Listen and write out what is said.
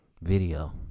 video